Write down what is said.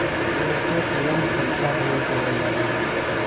एह से तुरन्ते पइसा भेज देवल जाला